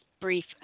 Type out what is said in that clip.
brief